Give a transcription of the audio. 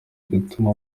gutuma